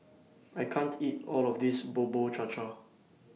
I can't eat All of This Bubur Cha Cha